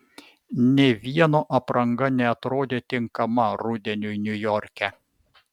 nė vieno apranga neatrodė tinkama rudeniui niujorke